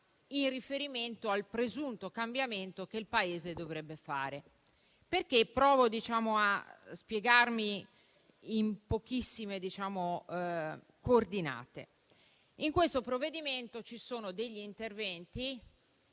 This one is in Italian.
in riferimento al presunto cambiamento che il Paese dovrebbe fare. Provo a spiegarmi in pochissime coordinate. In questo provvedimento ci sono degli interventi,